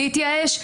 להתייאש,